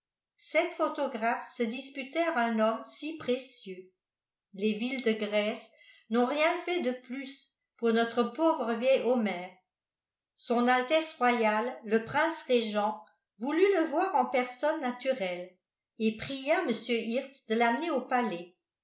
sept photographes se disputèrent un homme si précieux les villes de grèce n'ont rien fait de plus pour notre pauvre vieil homère s a r le prince régent voulut le voir en personne naturelle et pria mr hirtz de l'amener au palais